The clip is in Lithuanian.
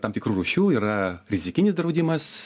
tam tikrų rūšių yra rizikinis draudimas